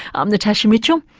i'm natasha mitchell.